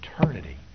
eternity